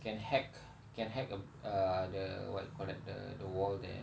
can hack can hack uh uh the what you call that the the wall there